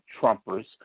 Trumpers